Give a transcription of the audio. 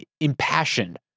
impassioned